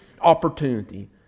opportunity